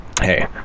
hey